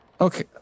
Okay